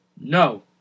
no